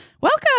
Welcome